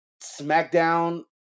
SmackDown